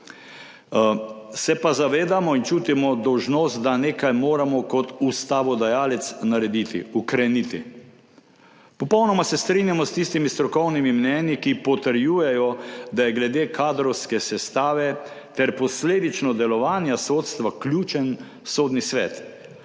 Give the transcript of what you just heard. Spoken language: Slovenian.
Se pa zavedamo in čutimo dolžnost, da nekaj moramo kot ustavodajalec narediti, ukreniti. Popolnoma se strinjam s tistimi strokovnimi mnenji, ki potrjujejo, da je glede kadrovske sestave ter posledično delovanja sodstva ključen Sodni svet,